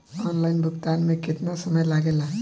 Online भुगतान में केतना समय लागेला?